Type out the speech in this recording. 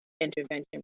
intervention